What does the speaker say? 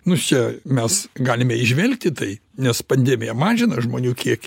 nu čia mes galime įžvelgti tai nes pandemija mažina žmonių kiekį